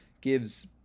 gives